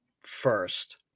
first